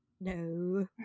No